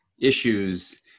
issues